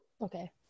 okay